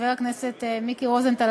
חבר הכנסת מיקי רוזנטל,